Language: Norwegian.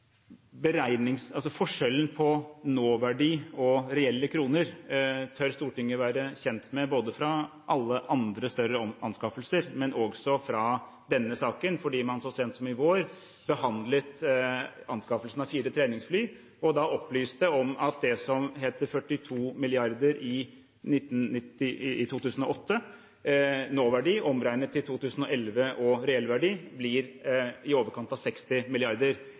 Forskjellen på nåverdi og reelle kroner tør Stortinget være kjent med fra både alle andre større anskaffelser og fra denne saken, fordi man så sent som i vår behandlet anskaffelsen av fire treningsfly, og da opplyste om at det som het 42 mrd. kr i nåverdi 2008-kroner, omregnet til 2011-kroner og reell verdi blir i overkant av 60